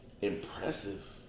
Impressive